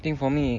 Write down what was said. think for me